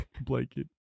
Blanket